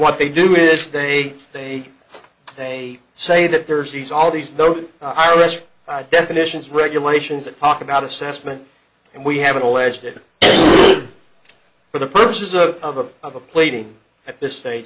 what they do is they they they say that there's these all these the irish i definitions regulations that talk about assessment and we haven't alleged it for the purposes of of a of a plane at this stage